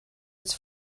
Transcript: its